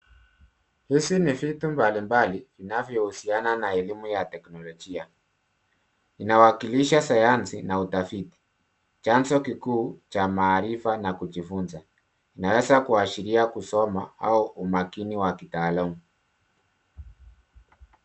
Hizi ni vitu mbali mbali vinavyo husiana na elimu ya teknolojia. Inawakilisha sayansi na utafiti. Chanzo kikuu cha maarifa na kujifunza. Inaweza kuashiria kusoma au umakini wa kitaalamu.